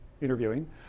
interviewing